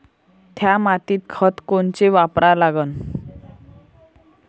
थ्या मातीत खतं कोनचे वापरा लागन?